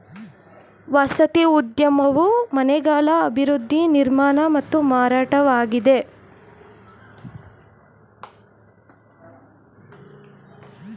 ವಸತಿ ಉದ್ಯಮವು ಮನೆಗಳ ಅಭಿವೃದ್ಧಿ ನಿರ್ಮಾಣ ಮತ್ತು ಮಾರಾಟವಾಗಿದೆ